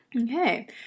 okay